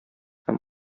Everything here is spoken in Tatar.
һәм